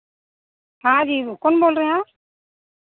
हाँ जी कौन बोल रहे हैं आप